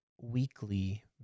weekly